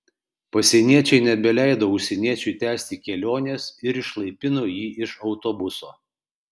pasieniečiai nebeleido užsieniečiui tęsti kelionės ir išlaipino jį iš autobuso